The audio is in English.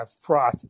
froth